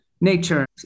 nature